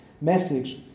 message